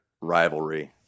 rivalry